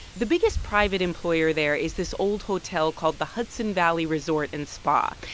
the biggest private employer there is this old hotel called the hudson valley resort and spa.